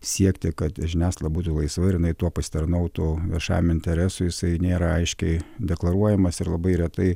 siekti kad žiniasklaida būtų laisva ir jinai tuo pasitarnautų viešajam interesui jisai nėra aiškiai deklaruojamas ir labai retai